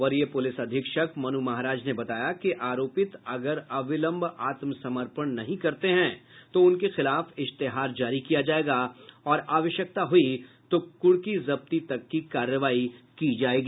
वरीय पुलिस अधीक्षक मनु महाराज ने बताया कि आरोपित अगर अविलंब आत्मसमर्पण नहीं करते हैं तो उनके खिलाफ इश्तेहार जारी किया जायेगा और आवश्यकता हुई तो कुर्की जब्ती तक की कार्रवाई की जायेगी